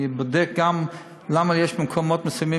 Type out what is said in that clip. אני בודק גם למה יש מקומות מסוימים